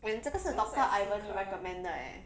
when 这个是 doctor ivan recommended 的 eh